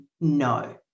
no